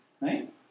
right